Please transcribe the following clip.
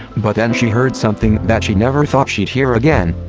but then she heard something that she never thought she'd hear again.